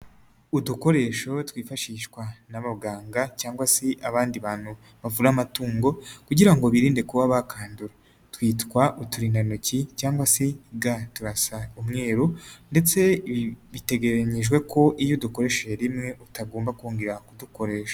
Udukoresho twifashishwa n'abaganga cyangwa se abandi bantu bavura amatungo kugira ngo birinde kuba bakandura. Twitwa uturindantoki cyangwa se ga .Turasa umweru ndetse biteganyijwe ko iyo udukoresheje rimwe utagomba kongera kudukoresha.